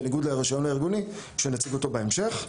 בניגוד לרישיון הארגוני שנציג אותו בהמשך,